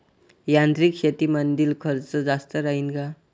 यांत्रिक शेतीमंदील खर्च जास्त राहीन का?